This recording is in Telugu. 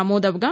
నమోదవగా